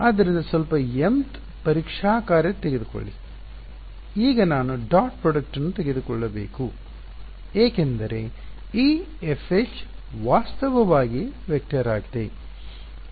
ಆದ್ದರಿಂದ ಸ್ವಲ್ಪ mth ಪರೀಕ್ಷಾ ಕಾರ್ಯ ತೆಗೆದುಕೊಳ್ಳಿ ಈಗ ನಾನು ಡಾಟ್ ಪ್ರೊಡಕ್ಟನ್ನು ತೆಗೆದುಕೊಳ್ಳಬೇಕು ಏಕೆಂದರೆ ಈ FH ವಾಸ್ತವವಾಗಿ ವೆಕ್ಟರ್ ಆಗಿದೆ